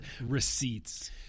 receipts